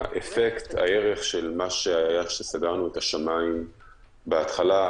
זה שסגרנו את השמיים בהתחלה,